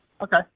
okay